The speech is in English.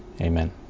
Amen